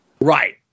Right